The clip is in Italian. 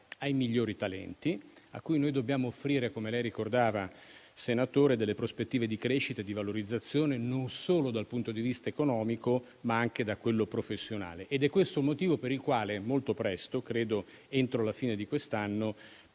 ai migliori talenti a cui noi dobbiamo offrire - come lei ricordava, senatore Rosso - prospettive di crescita e di valorizzazione, dal punto di vista non solo economico, ma anche professionale. Ed è questo il motivo per il quale molto presto, credo entro la fine dell'anno,